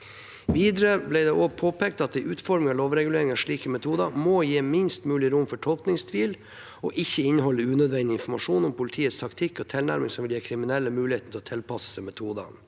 Videre ble det også påpekt at en utforming av lovregulering av slike metoder må gi minst mulig rom for tolkningstvil og ikke inneholde unødvendig informasjon om politiets taktikk og tilnærming som vil gi kriminelle muligheten til å tilpasse seg metodene.